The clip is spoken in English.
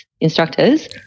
instructors